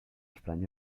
estrany